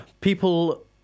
people